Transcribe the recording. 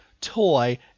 Toy